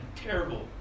terrible